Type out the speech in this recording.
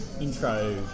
intro